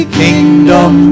kingdom